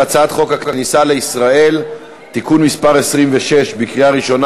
להצעת חוק הכניסה לישראל (תיקון מס' 26) קריאה ראשונה.